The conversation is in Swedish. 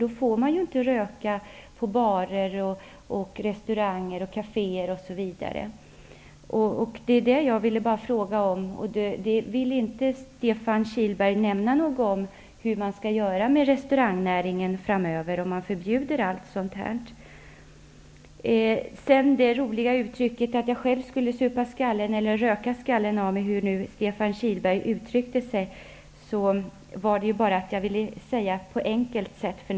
Då får man inte röka på barer, restauranger, kaféer, osv. Stefan Kihlberg ville inte nämna någonting om hur man skall göra i resturangnäringen framöver, om man förbjuder rökning. Det roliga uttrycket att jag själv skulle supa skallen av mig eller röka skallen av mig -- eller hur det nu var Stefan Kihlberg sade -- använde jag bara som en enkel illustration.